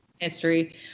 history